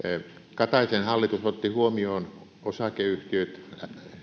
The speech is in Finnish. kataisen hallitus otti huomioon osakeyhtiöt